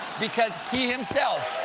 because he himself